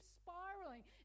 spiraling